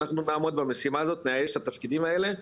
אנחנו נעמוד במשימה הזאת, נאייש את התפקידים האלה.